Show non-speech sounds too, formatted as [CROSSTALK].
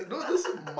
[LAUGHS]